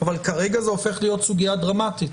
אבל כרגע זה הופך להיות סוגיה דרמטית.